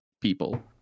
people